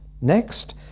Next